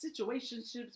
situationships